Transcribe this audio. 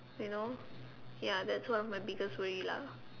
you know ya that's one of my biggest worries lah